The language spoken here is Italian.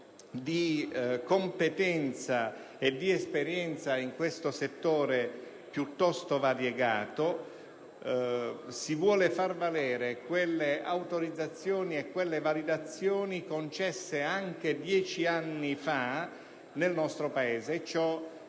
di competenza e di esperienza in questo settore piuttosto variegato. Si intende dunque far valere quelle autorizzazioni e quelle validazioni concesse anche 10 anni fa nel nostro Paese, e ciò